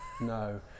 no